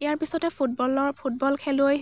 ইয়াৰ পিছতে ফুটবলৰ ফুটবল খেলুৱৈ